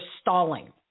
stalling